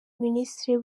ministre